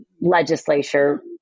legislature